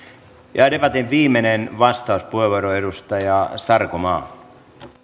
ja debatin viimeinen vastauspuheenvuoro edustaja sarkomaa